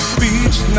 beach